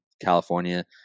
California